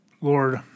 Lord